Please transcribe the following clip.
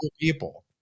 people